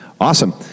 Awesome